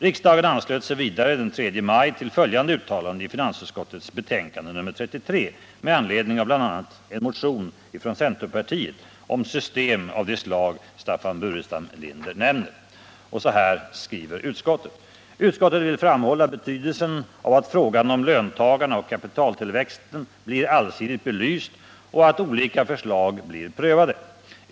Riksdagen anslöt sig vidare den 3 maj till följande uttalande i finansutskottets betänkande 1978/79:33 med anledning av bl.a. en motion från centerpartiet om system av det slag som Staffan Burenstam Linder nämner: ”Utskottet vill framhålla betydelsen av att frågan om löntagarna och kapitaltillväxten blir allsidigt belyst och att olika förslag blir prövade.